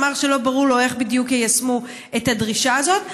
אמר שלא ברור לו איך בדיוק יישמו את הדרישה הזאת.